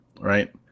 right